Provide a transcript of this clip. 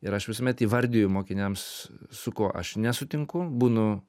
ir aš visuomet įvardiju mokiniams su kuo aš nesutinku būnu